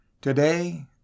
Today